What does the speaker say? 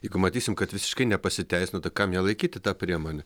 jeigu matysim kad visiškai nepasiteisino tai kam ją laikyti tą priemonę